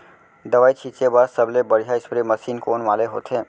दवई छिंचे बर सबले बढ़िया स्प्रे मशीन कोन वाले होथे?